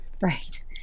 Right